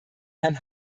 herrn